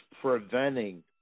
preventing